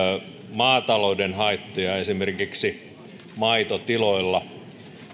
maatalouden haittoja esimerkiksi maitotiloilla